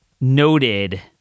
noted